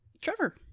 Trevor